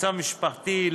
מצב משפחתי,